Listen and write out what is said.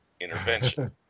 intervention